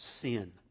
sin